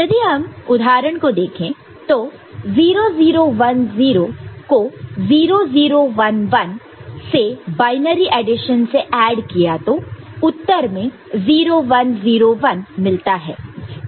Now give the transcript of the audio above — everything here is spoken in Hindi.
यदि हम उदाहरण को देखें तो 0 0 1 0 को 0 0 1 1 से बायनरी एडिशन से ऐड किया तो उत्तर में 0 1 0 1 मिलता है